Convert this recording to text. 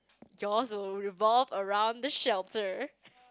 yours will revolve around the shelter